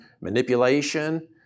manipulation